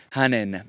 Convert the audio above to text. hänen